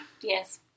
Yes